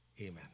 Amen